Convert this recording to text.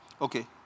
Okay